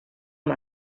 amb